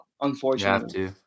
unfortunately